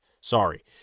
Sorry